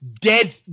Dead